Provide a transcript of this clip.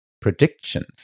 predictions